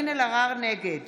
נגד